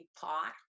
pot